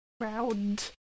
round